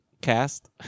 Cast